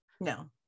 no